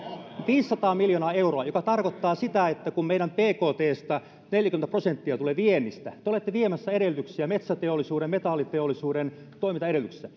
viisisataa miljoonaa euroa joka tarkoittaa sitä että kun meidän bktstämme neljäkymmentä prosenttia tulee viennistä te olette viemässä edellytyksiä metsäteollisuuden ja metalliteollisuuden toimintaedellytyksistä